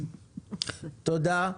תודה.